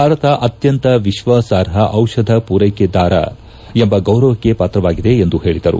ಭಾರತ ಅತ್ಯಂತ ವಿಶ್ವಾಸಾರ್ಹ ದಿಷಧ ಪೂರೈಕೆದಾರ ಎಂಬ ಗೌರವಕ್ಕೆ ಪಾತ್ರವಾಗಿದೆ ಎಂದು ಹೇಳದರು